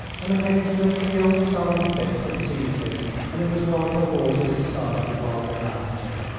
and occasionally the old sullen fits would seize him and it was well to avoid his society while they lasted.